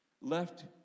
Left